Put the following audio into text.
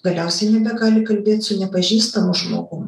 galiausiai nebegali kalbėt su nepažįstamu žmogum